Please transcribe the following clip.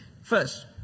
First